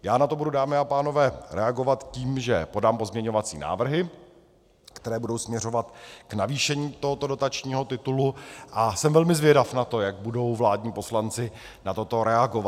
Já na to budu, dámy a pánové, reagovat tím, že podám pozměňovací návrhy, které budou směřovat k navýšení tohoto dotačního titulu, a jsem velmi zvědav na to, jak budou vládní poslanci na toto reagovat.